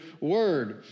word